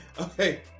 Okay